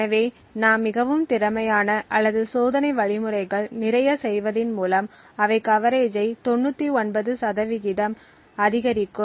எனவே நாம் மிகவும் திறமையான அல்லது சோதனை வழிமுறைகள் நிறைய செய்வதின் மூலம் அவை கவரேஜை 99 சதவீதம் அதிகரிக்கும்